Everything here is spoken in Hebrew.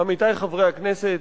עמיתי חברי הכנסת,